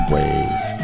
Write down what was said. Ways